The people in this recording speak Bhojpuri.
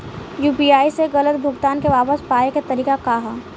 यू.पी.आई से गलत भुगतान के वापस पाये के तरीका का ह?